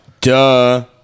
Duh